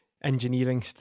Engineering